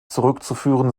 zurückzuführen